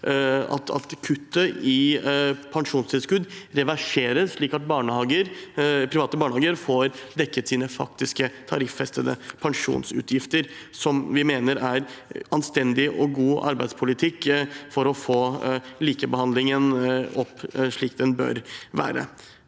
at kuttet i pensjonstilskudd reverseres, slik at private barnehager får dekket sine faktiske tariffestede pensjonsutgifter. Det mener vi er anstendig og god arbeidspolitikk for å få likebehandlingen opp og slik den bør være.